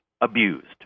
abused